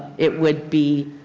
it would be